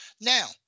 Now